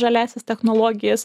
žaliąsias technologijas